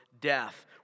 death